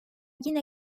yine